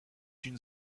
une